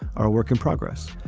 are work in progress.